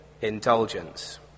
indulgence